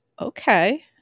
Okay